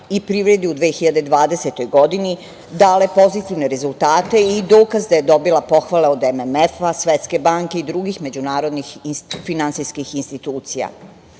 i privredi u 2020. godini dale pozitivne rezultate je i dokaz da je dobila pohvale od MMF, Svetske banke i drugih međunarodnih finansijskih institucija. Važno